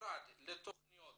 נפרד לתכנית